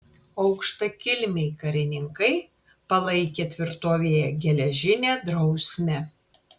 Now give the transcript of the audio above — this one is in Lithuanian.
aukštakilmiai karininkai palaikė tvirtovėje geležinę drausmę